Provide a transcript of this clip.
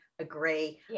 agree